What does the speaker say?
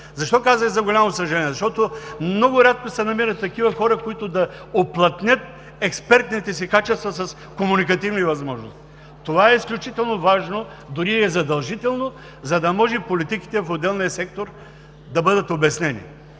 Защо казах „за голямо съжаление“? Защото много рядко се намират такива хора, които да уплътнят експертните си качества с комуникативни възможности. Това е изключително важно, дори е задължително, за да може политиките в отделния сектор да бъдат обяснение.